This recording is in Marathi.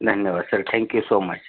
धन्यवाद सर थँक्यू सो मच